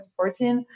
2014